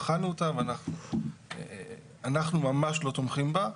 בחנו אותה ואנחנו ממש לא תומכים בה,